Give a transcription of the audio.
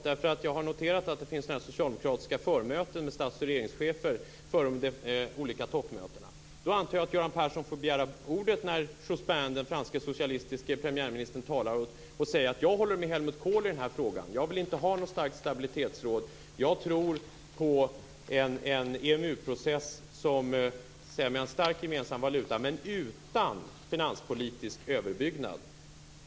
Jag har noterat att det finns socialdemokratiska förmöten med stats och regeringschefer före de olika toppmötena. Då antar jag att Göran Persson får begära ordet när Jospin, den franske socialistiske premiärministern, talar och säga att han håller med Helmut Kohl i den här frågan, att han inte vill ha något starkt stabilitetsråd och att han tror på en EMU-process som har en starkt gemensam valuta men ingen finanspolitisk överbyggnad.